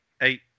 eight